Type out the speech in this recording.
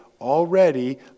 already